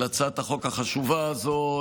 על הצעת החוק החשובה הזו,